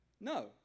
No